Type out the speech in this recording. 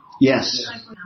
Yes